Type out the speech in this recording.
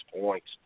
points